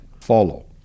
follow